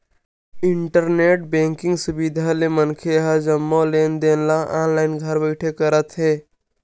internet banking सुबिधा ले मनखे ह जम्मो लेन देन ल ऑनलाईन घर बइठे करत हे